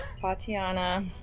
Tatiana